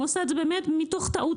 הוא עשה את זה באמת מתוך טעות,